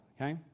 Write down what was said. okay